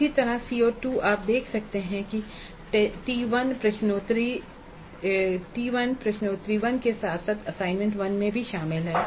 इसी तरह CO2 आप देख सकते हैं कि यह T1 प्रश्नोत्तरी 1 के साथ साथ असाइनमेंट 1 में भी शामिल है